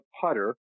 putter